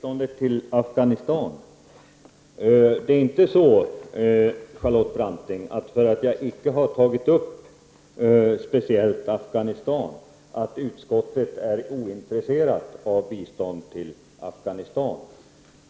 Herr talman! Låt mig börja med biståndet till Afghanistan. Att jag inte speciellt har tagit upp Afghanistan betyder inte, Charlotte Branting, att utskottet är ointresserat av bistånd dit.